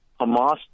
Hamas